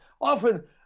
Often